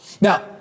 Now